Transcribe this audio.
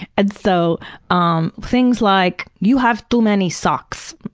and so um things like you have too many socks.